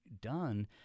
done